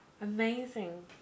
amazing